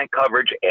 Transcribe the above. coverage